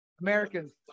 Americans